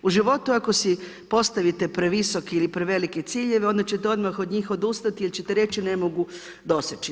U životu ako si postavite previsoki ili prevelike ciljeve onda ćete odmah od njih odustati, jer ćete reći ne mogu doseći.